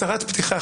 הצהרת פתיחה,